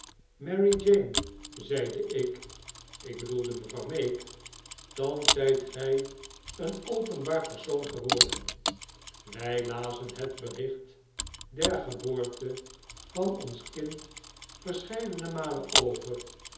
marie jane zeide ik ik bedoelde mevrouw meek thans zyt gjj een openbaar persoon geworden wij lazen het bericht der geboorte van ons kind verscheidene malen over